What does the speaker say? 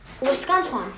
Wisconsin